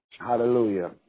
hallelujah